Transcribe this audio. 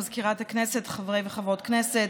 מזכירת הכנסת, חברי וחברות הכנסת,